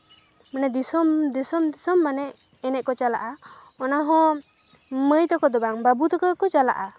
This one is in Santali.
ᱢᱟᱱᱮ ᱫᱤᱥᱚᱢ ᱫᱤᱥᱚᱢ ᱫᱤᱥᱚᱢ ᱢᱟᱱᱮ ᱮᱱᱮᱡ ᱠᱚ ᱪᱟᱞᱟᱜᱼᱟ ᱚᱱᱟ ᱦᱚᱸ ᱢᱟᱹᱭ ᱛᱟᱠᱚ ᱫᱚ ᱵᱟᱝ ᱵᱟᱹᱵᱩ ᱛᱟᱠᱚ ᱜᱮᱠᱚ ᱪᱟᱞᱟᱜᱼᱟ